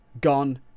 gone